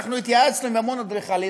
אנחנו התייעצנו עם המון אדריכלים,